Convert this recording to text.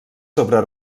sobre